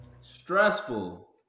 Stressful